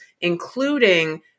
including